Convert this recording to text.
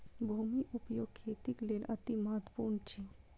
भूमि उपयोग खेतीक लेल अतिमहत्त्वपूर्ण अछि